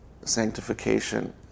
sanctification